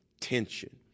tension